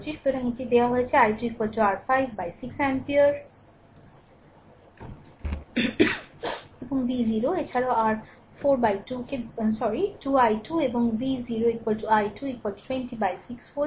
সুতরাং এখানে এটি দেওয়া হয়েছে যে i2 r 5 6 অ্যাম্পিয়ার এবং v0 এছাড়াও r 4 বাই 2 কে দুঃখিত 2 i2 এবং v0 i2 20 বাই 6 ভোল্ট